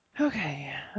Okay